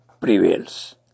prevails